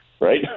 right